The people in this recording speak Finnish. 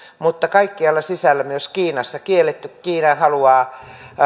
mutta kaikkialla sisällä myös kiinassa kielletty kiina haluaa